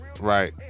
Right